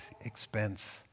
expense